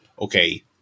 okay